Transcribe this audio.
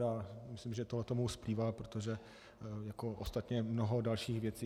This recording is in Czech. A myslím, že tohle mu splývá, protože... jako ostatně mnoho dalších věcí.